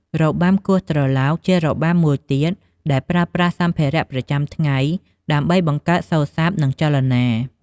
របាំគ្រោះត្រឡោក ជារបាំមួយទៀតដែលប្រើប្រាស់សម្ភារៈប្រចាំថ្ងៃដើម្បីបង្កើតសូរស័ព្ទ និងចលនា។